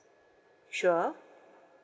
sure